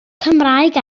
cymraeg